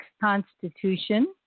Constitution